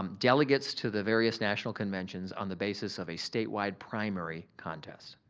um delegates to the various national conventions on the basis of a statewide primary contest.